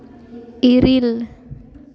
ᱤᱨᱤᱞ